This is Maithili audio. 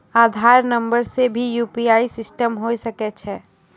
आधार नंबर से भी यु.पी.आई सिस्टम होय सकैय छै?